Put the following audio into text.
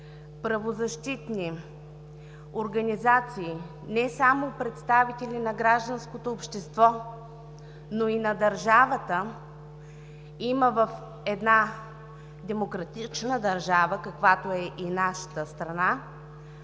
правозащитни организации, не само представители на гражданското общество, но и на държавата има в една демократична държава, каквато е и нашата страна,